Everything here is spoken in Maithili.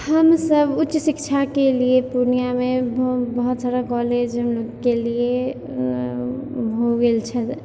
हमसब उच्च शिक्षाके लिए पूर्णियामे बहुत सारा कॉलेजके लिए भऽ गेल छलै